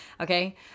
Okay